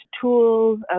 tools